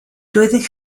doeddech